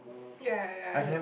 ya ya either